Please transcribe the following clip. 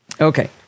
Okay